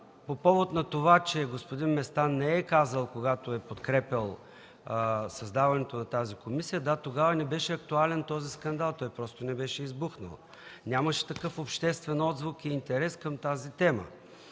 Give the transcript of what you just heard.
по повод на това, че господин Местан не е казал, когато е подкрепял създаването на тази комисия, да, тогава не беше актуален този скандал. Той просто не беше избухнал. Нямаше такъв обществен отзвук и интерес към тази тема.